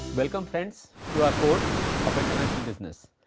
welcome friends to our course of international business.